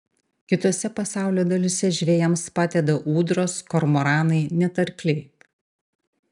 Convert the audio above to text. kitose pasaulio dalyse žvejams padeda ūdros kormoranai net arkliai